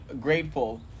grateful